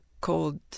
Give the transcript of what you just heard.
called